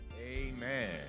Amen